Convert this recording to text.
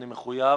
אני מחויב